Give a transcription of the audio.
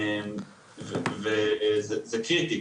זה קריטי.